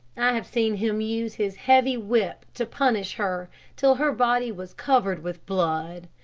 have seen him use his heavy whip to punish her till her body was covered with blood.